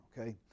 okay